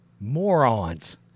Morons